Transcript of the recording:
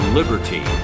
liberty